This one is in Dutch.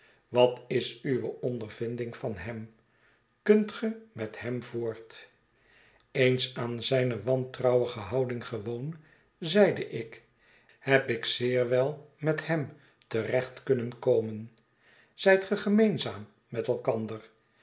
wat is uwe ondervinding van hem kunt ge met hem voort eens aan zijne wantrouwige houding gewogn zeide ik heb ik zeer wel met hem te recht kunnen komen zijt ge gemeenzaam met elkander